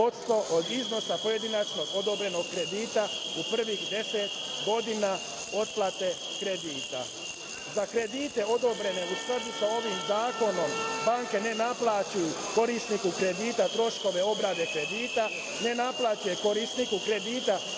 od iznos pojedinačnog odobrenog kredita u prvih deset godina otplate kredita.Za kredite odobrene u skladu sa ovim zakonom banke ne naplaćuju korisniku kredita troškove obrade kredita, ne naplaćuju korisniku kredita